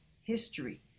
history